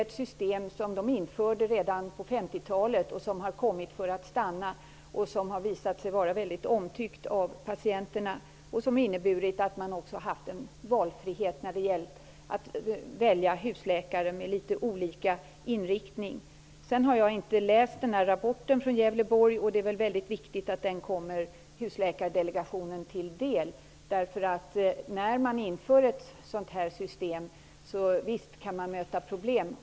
Men det engelska systemet infördes redan på 50-talet. Det har alltså kommit för att stanna, och det har visat sig vara väldigt omtyckt av patienterna. Systemet har inneburit att man också haft valfrihet när det gällt att välja husläkare med litet olika inriktning. Jag har inte läst rapporten från Gävleborgs län. Det är säkert viktigt att den kommer Husläkardelegationen till del. När ett sådant här system införs kan man säkert möta problem.